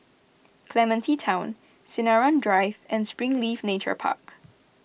Clementi Town Sinaran Drive and Springleaf Nature Park